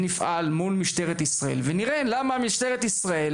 נפעל מול משטרת ישראל ונבדוק למה משטרת ישראל